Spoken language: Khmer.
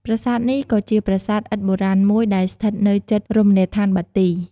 ប្រាសាទនេះ ក៏ជាប្រាសាទឥដ្ឋបុរាណមួយ ដែលស្ថិតនៅជិតរមណីយដ្ឋានបាទី។